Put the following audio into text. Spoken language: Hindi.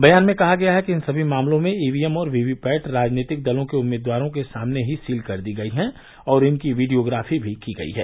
बयान में कहा गया है कि इन सभी मामलों में ईवीएम और वीवीपैट राजनीतिक दलों के उम्मीदवरों के सामने ही सील कर दी गई हैं और इनकी वीडियोग्राफी भी की गई है